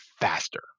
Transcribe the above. faster